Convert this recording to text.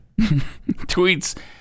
tweets